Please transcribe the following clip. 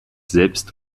selbst